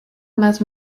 más